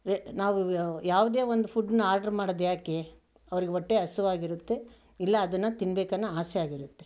ನಾವು ಯಾವುದೇ ಒಂದು ಫುಡನ್ನ ಆರ್ಡರ್ ಮಾಡೋದು ಯಾಕೆ ಅವರಿಗೆ ಹೊಟ್ಟೆ ಹಸಿವಾಗಿರುತ್ತೆ ಇಲ್ಲ ಅದನ್ನು ತಿನ್ಬೇಕನ್ನೋ ಆಸೆ ಆಗಿರುತ್ತೆ